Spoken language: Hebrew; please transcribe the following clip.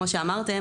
כמו שאמרתם,